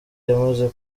yamaze